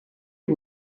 you